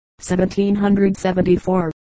1774